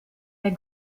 der